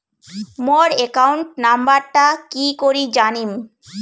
মোর account নাম্বারটা কি করি জানিম?